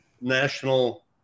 national